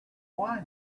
why